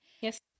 Yes